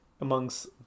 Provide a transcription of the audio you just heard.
amongst